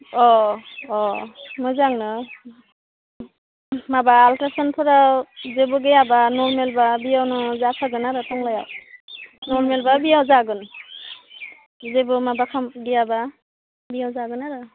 अ अ मोजां अ माबा आल्ट्रा साउन्डफोराव जेबो गैयाब्ला नर्मेलब्ला बेयावनो जाखागोन आरो टंलायाव नर्मेलब्ला बेयाव जागोन जेबो माबा गैयाब्ला बेयाव जागोन आर'